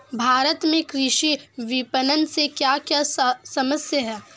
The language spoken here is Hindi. भारत में कृषि विपणन से क्या क्या समस्या हैं?